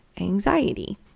anxiety